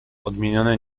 odmieniony